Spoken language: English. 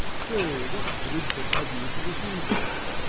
say, what abridgment have you for this evening?